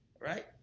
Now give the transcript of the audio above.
right